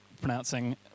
pronouncing